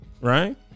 right